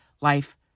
life